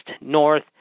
North